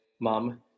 mom